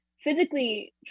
physically